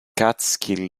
catskill